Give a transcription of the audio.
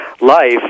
life